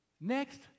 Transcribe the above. Next